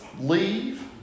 leave